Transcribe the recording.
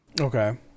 Okay